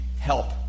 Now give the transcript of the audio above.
help